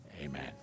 amen